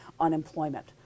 unemployment